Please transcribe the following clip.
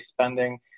spending